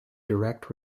direct